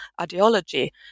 ideology